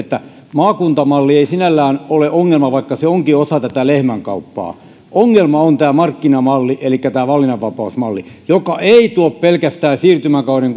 maakuntamalli ei sinällään ole ongelma vaikka se onkin osa tätä lehmänkauppaa ongelma on tämä markkinamalli elikkä tämä valinnanvapausmalli joka ei tuo pelkästään siirtymäkauden